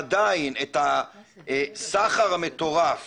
יש עדיין את הסחר המטורף